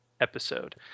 episode